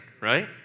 right